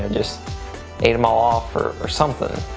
ah just ate him all off or or something.